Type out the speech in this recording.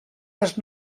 les